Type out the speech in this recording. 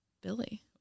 Billy